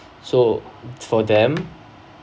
so for them